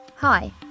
Hi